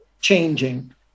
changing